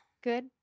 Good